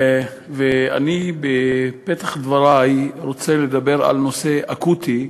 ואני בפתח דברי רוצה לדבר על נושא אקוטי.